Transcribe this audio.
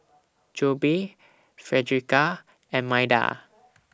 Jobe Fredericka and Maida